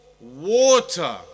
water